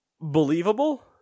Believable